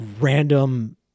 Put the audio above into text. random